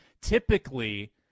typically